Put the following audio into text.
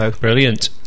brilliant